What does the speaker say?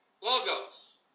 Logos